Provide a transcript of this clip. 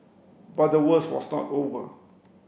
but the worst was not over